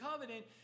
Covenant